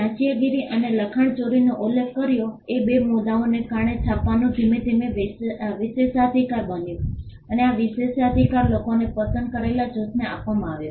ચાંચિયાગીરી અને લખાણચોરીનો ઉલ્લેખ કરેલા બે મુદ્દાઓને કારણે છાપવાનું ધીમે ધીમે વિશેષાધિકાર બન્યું અને આ વિશેષાધિકાર લોકોને પસંદ કરેલા જૂથને આપવામાં આવ્યો